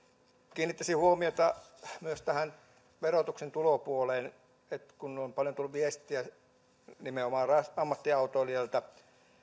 kiinnittäisin huomiota myös tähän verotuksen tulopuoleen kun on paljon tullut viestiä nimenomaan ammattiautoilijoilta